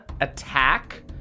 attack